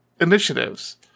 initiatives